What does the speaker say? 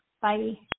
Bye